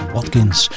Watkins